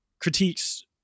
critiques